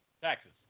Taxes